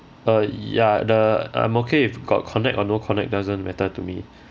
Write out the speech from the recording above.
uh ya the I'm okay if got connect or no connect doesn't matter to me